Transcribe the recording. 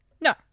No